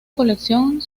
colección